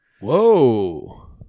Whoa